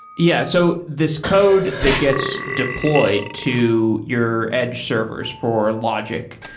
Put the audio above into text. yeah. so this code they gets deployed to your edge servers for logic,